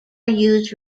use